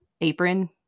apron